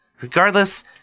Regardless